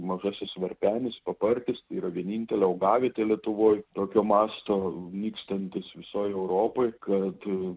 mažasis varpenis papartis tai yra vienintelė augavietė lietuvoj tokio masto nykstantis visoj europoj kad